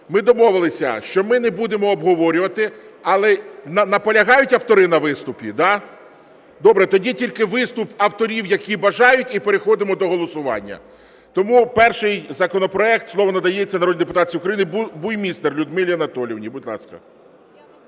Ми домовилися, що ми не будемо обговорювати. Але наполягають автори на виступі, да? Добре, тоді тільки виступ авторів, які бажають, і переходимо до голосування. Тому перший законопроект. Слово надається народній депутатці України Буймістер Людмилі Анатоліївні. Будь ласка.